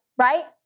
Right